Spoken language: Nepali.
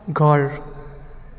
घर